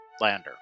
Lander